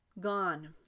Gone